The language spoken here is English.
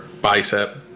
bicep